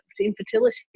Infertility